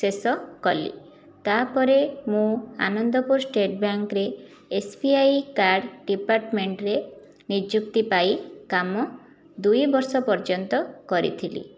ଶେଷ କଲି ତା' ପରେ ମୁଁ ଆନନ୍ଦପୁର ଷ୍ଟେଟ୍ ବ୍ୟାଙ୍କ୍ରେ ଏସ୍ବିଆଇ କାର୍ଡ଼ ଡିପାର୍ଟମେଣ୍ଟରେ ନିଯୁକ୍ତି ପାଇ କାମ ଦୁଇ ବର୍ଷ ପର୍ଯ୍ୟନ୍ତ କରିଥିଲି